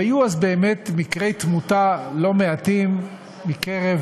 היו אז באמת מקרי תמותה לא-מעטים בקרב